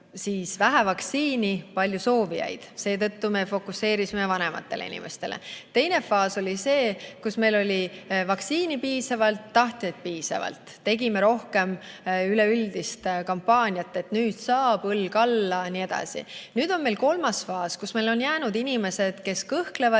oli vähe vaktsiini ja palju soovijaid, seetõttu me fokuseerisime vanematele inimestele. Teine faas oli see, kui meil oli vaktsiini piisavalt ja tahtjaid piisavalt. Siis tegime rohkem üleüldist kampaaniat, et nüüd saab, õlg alla jne. Nüüd on meil kolmas faas, kus meil on jäänud inimesed, kes kõhklevad,